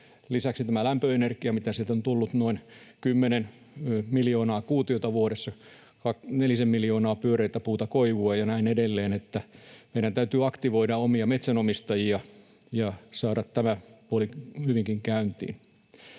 Lisäksi tämä lämpöenergia, mitä sieltä on tullut noin kymmenen miljoonaa kuutiota vuodessa, ja nelisen miljoonaa pyöreätä puuta, koivua ja näin edelleen. Meidän täytyy aktivoida omia metsänomistajia ja saada tämä puoli hyvinkin käyntiin.